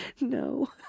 No